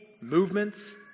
movements